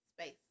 space